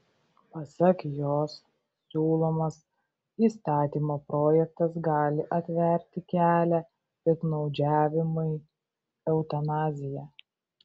pasak jos siūlomas įstatymo projektas gali atverti kelią piktnaudžiavimui eutanazija